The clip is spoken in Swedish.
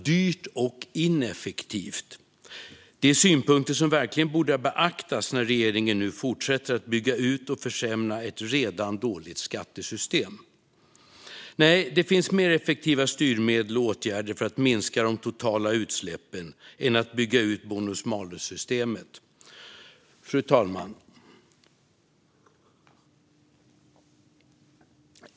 Det är synpunkter som verkligen borde ha beaktats när regeringen nu fortsätter att bygga ut och försämra ett redan dåligt skattesystem. Det finns mer effektiva styrmedel och åtgärder för att minska de totala utsläppen än att bygga ut bonus malus-systemet. Fru talman!